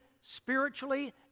spiritually